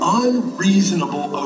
unreasonable